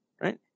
right